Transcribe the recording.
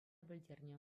пӗлтернӗ